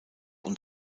und